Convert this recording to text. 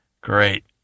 great